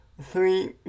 Three